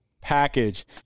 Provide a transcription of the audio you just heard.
package